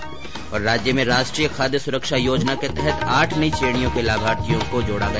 ्र राज्य में राष्ट्रीय खाद्य सुरक्षा योजना के तहत आठ नई श्रेणियों के लाभार्थियों को जोडा गया